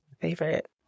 favorite